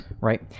right